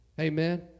Amen